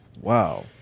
Wow